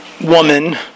woman